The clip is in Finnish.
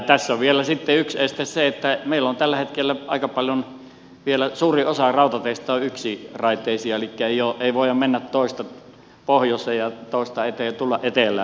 tässä on vielä sitten yksi este se että meillä on tällä hetkellä vielä aika paljon suuri osa rautateistä yksiraiteisia elikkä ei voida mennä toista pohjoiseen ja toista tulla etelään